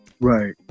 Right